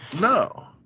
No